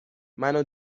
منو